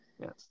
Yes